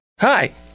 Hi